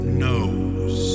knows